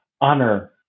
honor